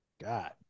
God